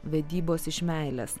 vedybos iš meilės